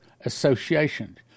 association